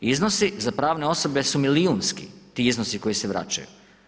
Iznosi za pravne osobe su milijunski, ti iznosi koji se vraćaju.